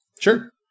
Sure